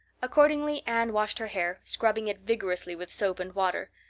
accordingly, anne washed her hair, scrubbing it vigorously with soap and water,